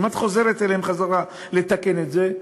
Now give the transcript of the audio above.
ואם את חוזרת אליהן לתקן את זה,